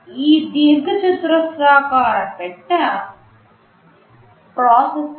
ఈ దీర్ఘచతురస్రాకార పెట్టె ప్రాసెసర్